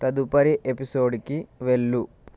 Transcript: తదుపరి ఎపిసోడ్కి వేళ్ళు